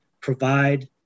provide